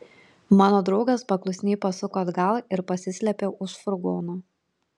mano draugas paklusniai pasuko atgal ir pasislėpė už furgono